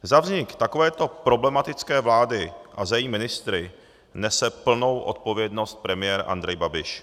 Za vznik takovéto problematické vlády a za její ministry nese plnou odpovědnost premiér Andrej Babiš.